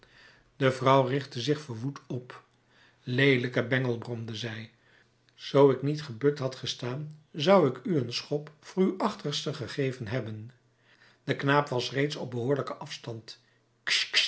de vrouw richtte zich verwoed op leelijke bengel bromde zij zoo ik niet gebukt had gestaan zou ik u een schop voor uw gegeven hebben de knaap was reeds op behoorlijken afstand